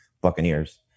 Buccaneers